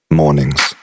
mornings